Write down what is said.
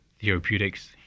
therapeutics